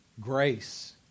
Grace